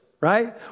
right